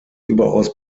überaus